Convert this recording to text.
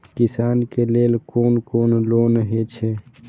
किसान के लेल कोन कोन लोन हे छे?